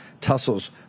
tussles